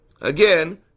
Again